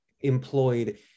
employed